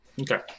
Okay